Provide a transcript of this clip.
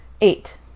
Eight